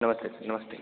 नमस्ते सर नमस्ते